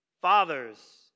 Fathers